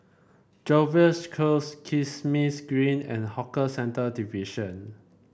Jervois Close Kismis Green and Hawker Centre Division